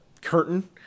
curtain